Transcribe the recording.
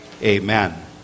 Amen